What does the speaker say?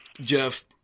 Jeff